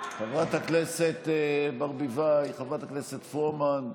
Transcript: חברת הכנסת ברביבאי, חברת הכנסת פרומן.